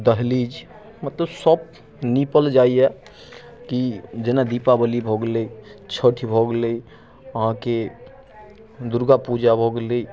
दहलीज मतलब सभ नीपल जाइए कि जे दीपाबली भऽ गेलै छठि भऽ गेलै अहाँके दुर्गापूजा भऽ गेलै